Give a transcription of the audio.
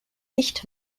nicht